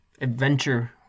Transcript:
adventure